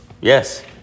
Yes